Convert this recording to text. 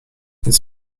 więc